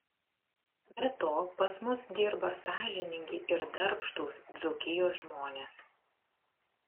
be to pas mus dirba sąžiningi ir darbštūs dzūkijos žmonės